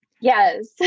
yes